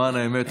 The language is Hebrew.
למען האמת,